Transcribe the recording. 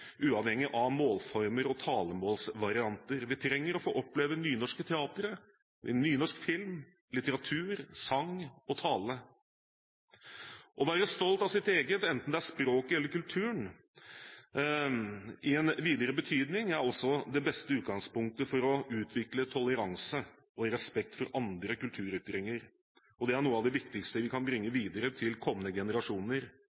uavhengig av målformer og talemålsvarianter. Vi trenger å få oppleve nynorsk teater, nynorsk film, litteratur, sang og tale. Å være stolt av sitt eget, enten det er språket eller kulturen i en videre betydning, er også det beste utgangspunktet for å utvikle toleranse og respekt for andre kulturytringer. Det er noe av det viktigste vi kan bringe